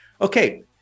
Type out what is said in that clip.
Okay